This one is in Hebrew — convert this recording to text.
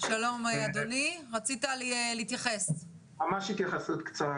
התייחסות קצרה.